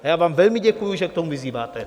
A já vám velmi děkuji, že k tomu vyzýváte.